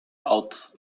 out